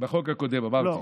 בחוק הקודם, אמרתי.